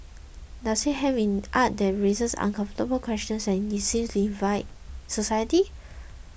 does it hem in art that raises uncomfortable questions and divide society